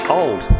old